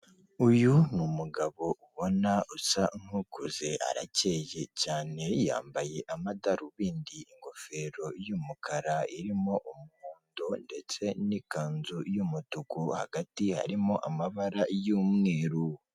Uyu ni umugabo ubona usa nk'ukuze arakeye cyane, yambaye amadarubindi, ingofero y'umukara irimo umuhondo ndetse n'ikanzu y'umutuku hagati harimo amabara y'umweru.